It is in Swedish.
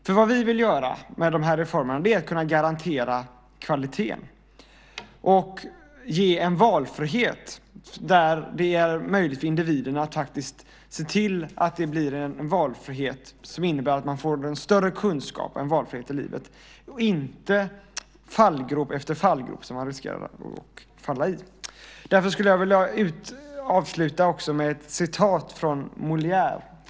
Det vi vill göra med de här reformerna är att garantera kvalitet och ge en valfrihet där det är möjligt för individen, att faktiskt se till att det blir en valfrihet som innebär att man får en större kunskap och valfrihet i livet, inte fallgrop efter fallgrop som man riskerar att falla i. Jag vill avsluta med några ord av Molière.